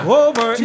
over